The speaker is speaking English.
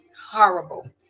horrible